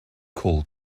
call